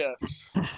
yes